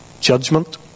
judgment